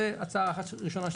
זו הצעה ראשונה.